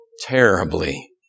terribly